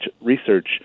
research